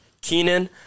Kenan